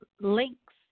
links